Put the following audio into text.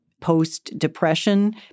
post-depression